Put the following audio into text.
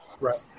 Right